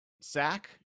sack